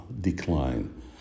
decline